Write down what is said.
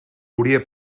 hauria